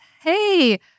Hey